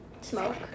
smoke